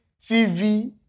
TV